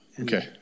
Okay